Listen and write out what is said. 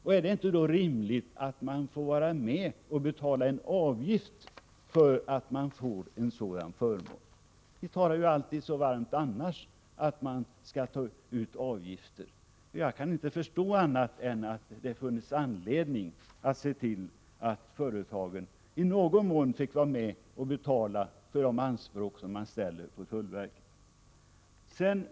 Är det då inte — Nr 149 rimligt att de får betala en avgift för denna förmån? Ni talar ju alltid annars så varmt för att man skall ta ut avgifter. Jag kan inte förstå annat än att pang företagen i någon mån bör betala för det man begär av tullverket.